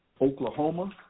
Oklahoma